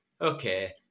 okay